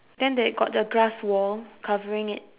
then there got the grass wall covering it